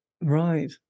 Right